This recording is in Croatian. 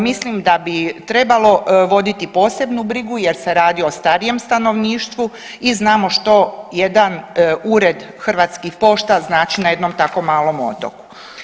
Mislim da bi trebalo voditi posebnu brigu jer se radi o starijem stanovništvu i znamo što jedan ured Hrvatskih pošta znači na jednom tako malom otoku.